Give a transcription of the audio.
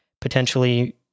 potentially